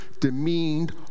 demeaned